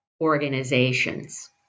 organizations